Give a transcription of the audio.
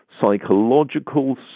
psychological